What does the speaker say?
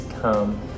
come